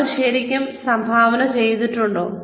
അവർ ശരിക്കും സംഭാവന ചെയ്യുന്നുണ്ടോ